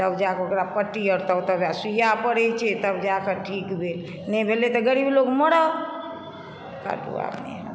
तब जाके ओकरा पट्टी अर तब सूइया परै छै तब जाके ठीक भेल नहि भेलै तऽ ग़रीब लोक मरऽ काटूँ आब नहि हैत